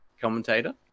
Commentator